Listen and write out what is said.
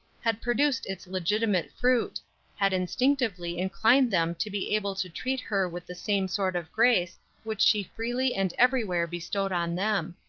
had produced its legitimate fruit had instinctively inclined them to be able to treat her with the same sort of grace which she freely and everywhere bestowed on them.